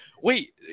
Wait